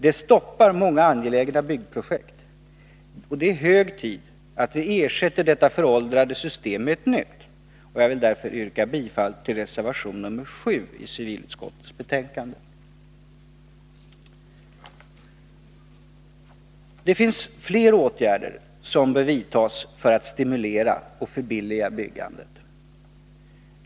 Det stoppar många angelägna byggprojekt. Det är hög tid att vi ersätter detta föråldrade system med ett nytt. Jag vill därför yrka bifall till reservation nr 7 vid civilutskottets betänkande. Det finns fler åtgärder som bör vidtas för att stimulera och förbilliga byggandet.